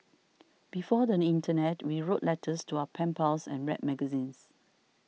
before the internet we wrote letters to our pen pals and read magazines